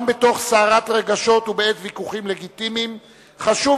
גם בתוך סערת רגשות ובעת ויכוחים לגיטימיים חשוב